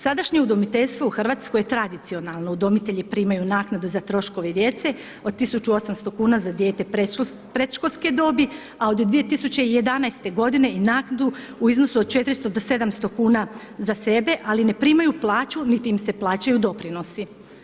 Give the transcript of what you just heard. Sadašnje udomiteljstvo u Hrvatskoj tradicionalno, udomitelji primaju naknadu za troškove djece od 1.800 kuna za dijete predškolske dobi, a od 2011. godine i naknadu u iznosu od 400 do 700 kuna za sebe, ali ne primaju plaću niti im se plaćaju doprinosi.